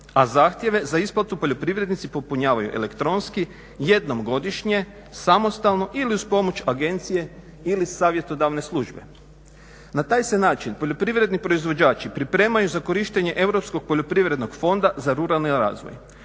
A zahtjeve za isplatu poljoprivrednici popunjavaju elektronski, jednom godišnje, samostalno ili uz pomoć agencije ili savjetodavne službe. Na taj se način poljoprivredni proizvođači pripremaju za korištenje europskog poljoprivrednog fonda za ruralni razvoj.